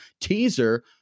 Teaser